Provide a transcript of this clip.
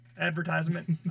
Advertisement